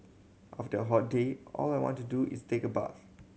after a hot day all I want to do is take a bath